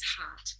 heart